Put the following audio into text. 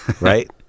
right